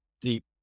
deep